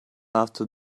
after